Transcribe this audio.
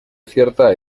cierta